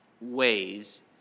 ways